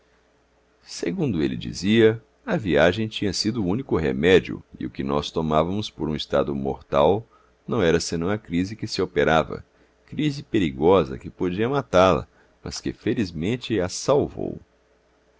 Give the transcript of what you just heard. segundo ele dizia a viagem tinha sido o único remédio e o que nós tomávamos por um estado mortal não era senão a crise que se operava crise perigosa que podia matá-la mas que felizmente a salvou